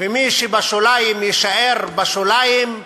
ומי שבשוליים יישאר בשוליים,